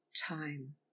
time